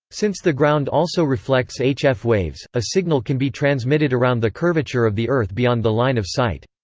since the ground also reflects hf waves, a signal can be transmitted around the curvature of the earth beyond the line of sight.